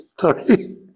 Sorry